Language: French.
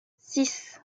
six